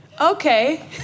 okay